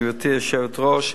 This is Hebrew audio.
גברתי היושבת-ראש.